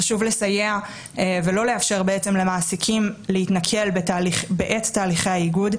חשוב לסייע ולא לאפשר למעסיקים להתנכל בעת תהליכי האיגוד,